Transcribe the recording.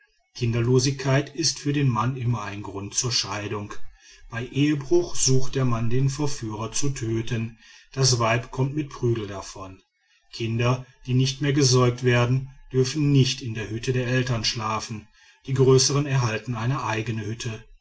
kinderlosigkeit ist für den mann immer ein grund zur scheidung bei ehebruch sucht der mann den verführer zu töten das weib kommt mit prügeln davon kinder die nicht mehr gesäugt werden dürfen nicht in der hütte der eltern schlafen die größeren erhalten eine eigene hütte